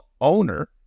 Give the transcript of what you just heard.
Owner